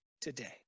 today